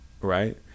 right